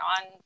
on